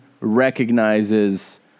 recognizes